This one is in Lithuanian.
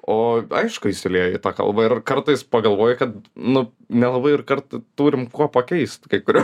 o aišku išsiliejo į tą kalbą ir kartais pagalvoji kad nu nelabai ir kart turim kuo pakeist kai kuriuo